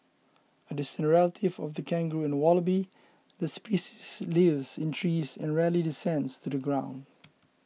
a distant relative of the kangaroo and wallaby the species lives in trees and rarely descends to the ground